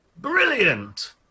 brilliant